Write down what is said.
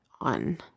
on